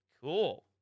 cool